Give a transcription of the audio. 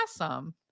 awesome